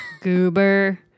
Goober